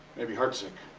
maybe heart sick.